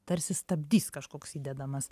tarsi stabdys kažkoks įdedamas